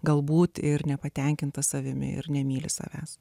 galbūt ir nepatenkintas savimi ir nemyli savęs